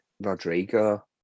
Rodrigo